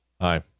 Hi